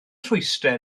rhwystrau